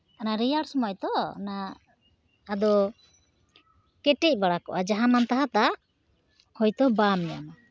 ᱚᱱᱟ ᱨᱮᱭᱟᱲ ᱥᱚᱢᱚᱭ ᱛᱚ ᱚᱱᱟ ᱟᱫᱚ ᱠᱮᱴᱮᱡ ᱵᱟᱲᱟ ᱠᱚᱜᱼᱟ ᱡᱟᱦᱟᱸ ᱢᱟᱱᱛᱟᱦᱟᱸ ᱫᱟᱜ ᱦᱳᱭᱛᱳ ᱵᱟᱢ ᱧᱟᱢᱟ